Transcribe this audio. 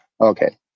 Okay